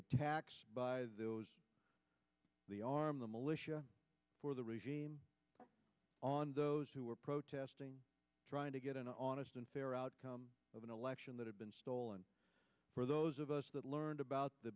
attacks by those the arm the militia or the regime on those who were protesting trying to get an honest and fair outcome of an election that had been stolen for those of us that learned about the